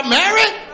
married